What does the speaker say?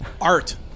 art